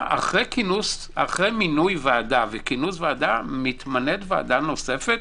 אחרי מינוי וכינוס ועדה מתמנית ועדה נוספת,